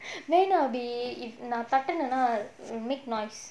then I'll be if தட்டுனேனா:thattunenaa make noise